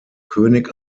könig